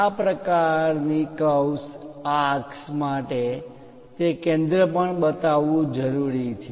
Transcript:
આ પ્રકારની curves arcs ચાપ માટે તે કેન્દ્ર પણ બતાવવું જરૂરી છે